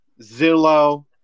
Zillow